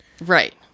Right